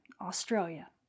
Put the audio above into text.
Australia